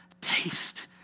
Taste